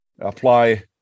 apply